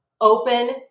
open